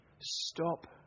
stop